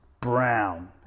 brown